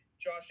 Josh